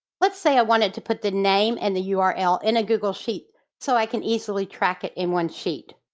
let's say i wanted to put the name and the ah url in a google sheet so i can easily track it in one sheet.